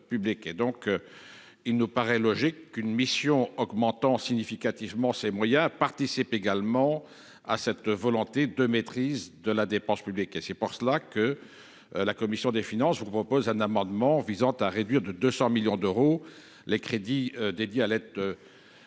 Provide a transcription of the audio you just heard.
Il nous paraît ainsi logique qu'une mission augmentant significativement ses moyens participe également à cette volonté de maîtrise de la dépense publique. C'est la raison pour laquelle la commission des finances vous propose un amendement visant à réduire de 200 millions d'euros les crédits dédiés à l'aide publique